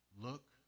look